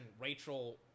Rachel